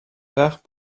part